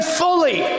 fully